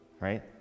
right